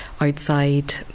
outside